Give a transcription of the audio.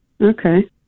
Okay